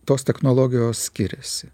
tos technologijos skiriasi